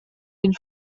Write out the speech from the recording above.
den